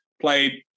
played